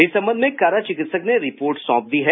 इस संबंध में कारा चिकित्सक ने रिपोर्ट सौंप दी है